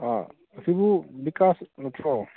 ꯑꯥ ꯁꯤꯕꯨ ꯕꯤꯀꯥꯁ ꯅꯠꯇ꯭ꯔꯣ